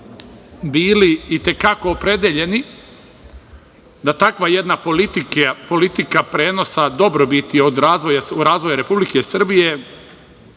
bili i te kako opredeljeni da takva jedna politika prenosa dobrobiti razvoja Republike Srbije,